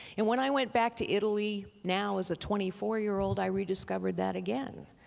and when i went back to italy, now as a twenty four year old i rediscovered that again.